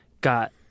got